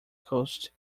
coast